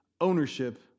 Ownership